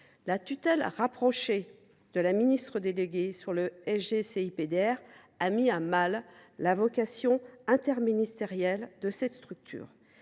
La tutelle « rapprochée » de la ministre déléguée sur le SG CIPDR a mis à mal la vocation interministérielle de cette structure